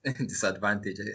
disadvantage